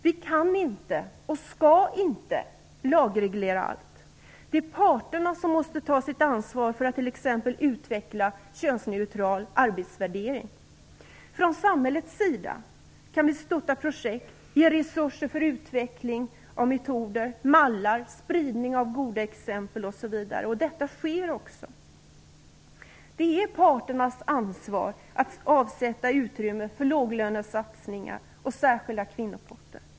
Vi kan inte och skall inte lagreglera allt. Det är parterna som måste ta sitt ansvar för att t.ex. utveckla könsneutral arbetsvärdering. Från samhällets sida kan vi stötta projekt, ge resurser för utveckling av metoder, mallar och för spridning av goda exempel osv. Detta sker också. Det är parternas ansvar att avsätta utrymme för låglönesatsningar och särskilda kvinnopotter.